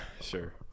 Sure